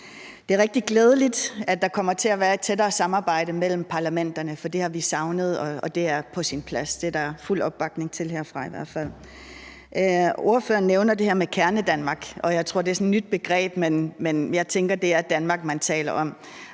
Det er rigtig glædeligt, at der kommer til at være et tættere samarbejde mellem parlamenterne, for det har vi savnet, og det er på sin plads. Det er der fuld opbakning til herfra i hvert fald. Ordføreren nævner det her med Kernedanmark, og jeg tror, det er sådan et nyt begreb, men jeg tænker, det er Danmark, man taler om.